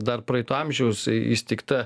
dar praeito amžiaus įsteigta